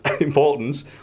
importance